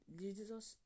Jesus